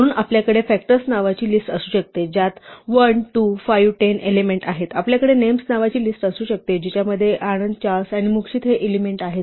म्हणून आपल्याकडे फॅक्टर्स नावाची लिस्ट असू शकते ज्यात 1 2 5 10 एलिमेंट आहेत आपल्याकडे नेम्स नावाची लिस्ट असू शकते जिच्यामध्ये आनंद चार्ल्स आणि मुक्शीत हे एलिमेंट आहेत